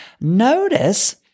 notice